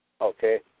Okay